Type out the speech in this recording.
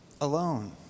alone